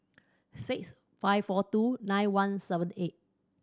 six five four two nine one seven eight